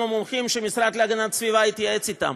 המומחים שהמשרד להגנת הסביבה התייעץ אתם.